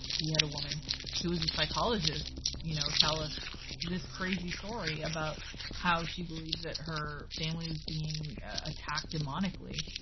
we had a woman who was a psychologist you know tell us this crazy story about how she believes that her family was being attacked demonically.